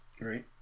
right